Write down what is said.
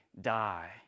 die